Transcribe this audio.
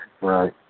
Right